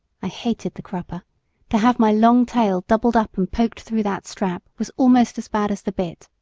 i hated the crupper to have my long tail doubled up and poked through that strap was almost as bad as the bit.